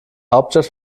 hauptstadt